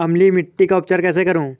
अम्लीय मिट्टी का उपचार कैसे करूँ?